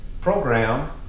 program